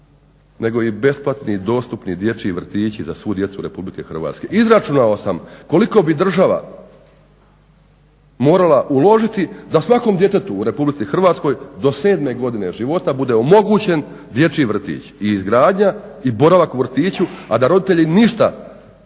nego i besplatni dostupni dječji vrtići za svu djece Republike Hrvatske. Izračunao sam koliko bi država morala uložiti da svakom djetetu u Republici Hrvatskoj do 7. godine života bude omogućen dječji vrtić, izgradnja i boravak u vrtiću, a da roditelji ništa, dakle